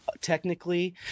technically